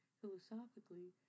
philosophically